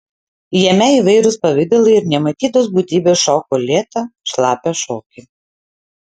jame įvairūs pavidalai ir nematytos būtybės šoko lėtą šlapią šokį